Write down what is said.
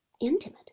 Intimate